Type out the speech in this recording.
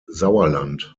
sauerland